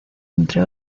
entre